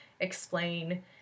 explain